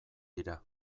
dira